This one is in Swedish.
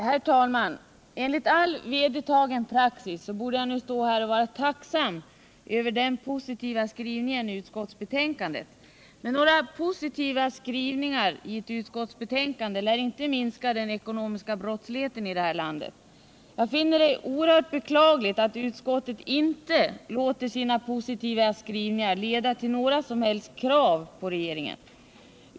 Herr talman! Enligt all vedertagen praxis borde jag nu stå här och vara tacksam över den positiva skrivningen i utskottsbetänkandet. Men några positiva skrivningar lär inte minska den ekonomiska brottsligheten i det här landet. Jag finner det oerhört beklagligt att utskottet inte låter dessa skrivningar leda till några krav på regeringen.